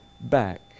Back